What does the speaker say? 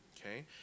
okay